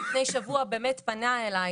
לפני שבוע באמת פנה אלי